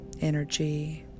energy